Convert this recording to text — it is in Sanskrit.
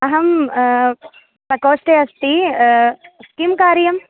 अहं प्रकोष्ठे अस्मि किं कार्यम्